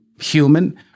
human